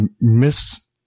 miss